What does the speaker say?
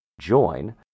join